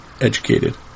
Educated